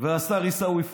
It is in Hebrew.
והשר עיסאווי פריג'?